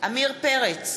עמיר פרץ,